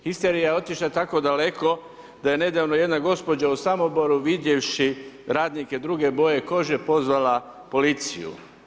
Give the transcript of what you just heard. Histerija je otišla tako daleko da je nedavno jedna gospođa u Samoboru vidjevši radnike druge boje kože pozvala policiju.